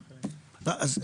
אז,